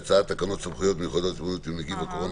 הצעת תקנות סמכויות מיוחדות להתמודדות עם נגיף הקורונה